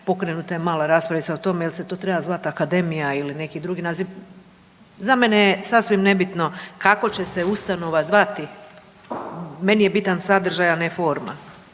pokrenuta je mala raspravica o tome jel se to treba zvat akademija ili neki drugi naziv. Za mene je sasvim nebitno kako će se ustanova zvati, meni je bitan sadržaj, a ne forma.